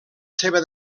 seva